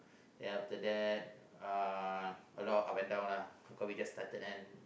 then after that uh a lot of agenda lah cause we just started kan